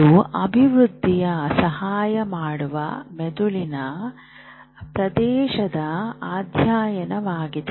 ಇದು ಅಭಿವೃದ್ಧಿಯ ಸಹಾಯ ಮಾಡುವ ಮೆದುಳಿನ ಪ್ರದೇಶದ ಅಧ್ಯಯನವಾಗಿದೆ